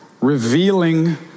revealing